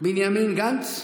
בנימין גנץ.